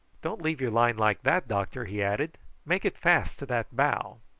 don't leave your line like that, doctor, he added make it fast to that bough.